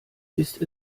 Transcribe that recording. ist